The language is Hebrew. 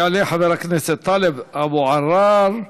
יעלה חבר הכנסת טלב אבו עראר.